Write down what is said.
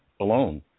alone